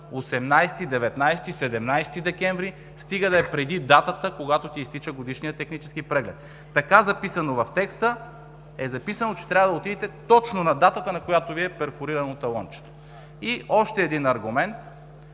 17, 18, 19 декември, стига да е преди датата, когато ти изтича годишният технически преглед. Така записано в текста, излиза, че трябва да отидете точно на датата, на която Ви е перфорирано талончето. Още един аргумент: